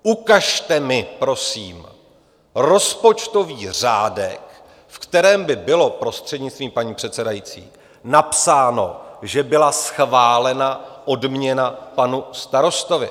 Ukažte mi prosím rozpočtový řádek, ve kterém by bylo, prostřednictvím paní předsedající, napsáno, že byla schválena odměna panu starostovi.